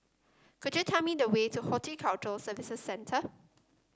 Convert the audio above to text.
could you tell me the way to Horticulture Services Centre